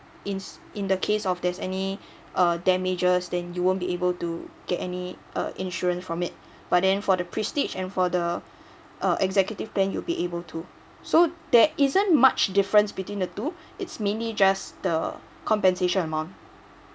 ins in the case of there's any err damages then you won't be able to get any uh insurance from it but then for the prestige and for the uh executive plan you'll be able to so there isn't much difference between the two it's mainly just the compensation mount